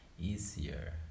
easier